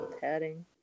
padding